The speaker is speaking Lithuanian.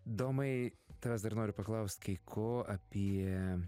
domai tavęs dar noriu paklaust kai ko apie